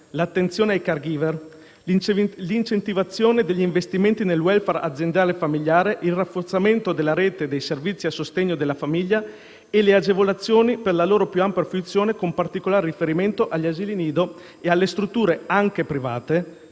l'attenzione ai *caregiver;* l'incentivazione degli investimenti nel *welfare* aziendale e familiare; il rafforzamento della rete dei servizi a sostegno della famiglia e le agevolazioni per la loro più ampia fruizione, con particolare riferimento agli asili nido e alle strutture, anche private,